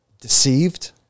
deceived